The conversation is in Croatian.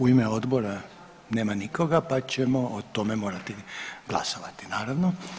U ime odbora nema nikoga, pa ćemo o tome morati glasovati naravno.